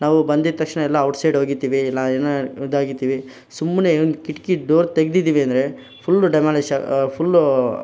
ನಾವು ಬಂದಿದ ತಕ್ಷಣ ಎಲ್ಲ ಔಟ್ಸೈಡ್ ಹೋಗಿರ್ತಿವಿ ಇಲ್ಲ ಏನೋ ಇದಾಗಿರ್ತಿವಿ ಸುಮ್ಮನೆ ಒಂದು ಕಿಟಕಿ ಡೋರ್ ತೆಗ್ದಿದೀವಿ ಅಂದರೆ ಫುಲ್ಲು ಡೆಮಾಲಿಶ್ ಫುಲ್ಲು